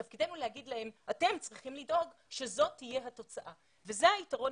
תפקידנו לומר להם שהם צריכים לדאוג שזאת תהיה התוצאה וזה היתרון